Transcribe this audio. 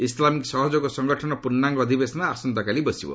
Islamic ସହଯୋଗ ସଙ୍ଗଠନର ପୂର୍ଣ୍ଣାଙ୍ଗ ଅଧିବେଶନ ଆସନ୍ତାକାଲି ବସିବ